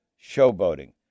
showboating